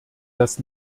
das